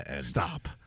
Stop